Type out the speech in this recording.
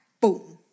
boom